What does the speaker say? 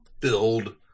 build